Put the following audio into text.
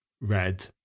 red